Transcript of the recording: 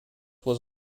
was